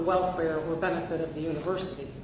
welfare or benefit of the university